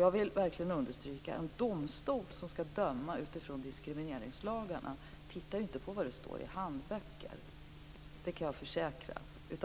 Jag vill verkligen understryka att en domstol som ska döma utifrån diskrimineringslagarna inte tittar på vad som står i handböcker. Det kan jag försäkra.